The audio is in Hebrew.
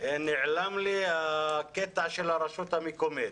נעלם לי הקטע של הרשות המקומית.